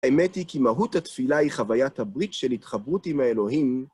האמת היא כי מהות התפילה היא חוויית הברית של התחברות עם האלוהים.